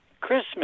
Christmas